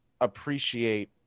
appreciate